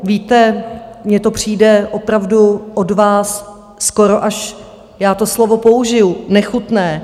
Víte, mně to přijde opravdu od vás skoro až já to slovo použiju nechutné.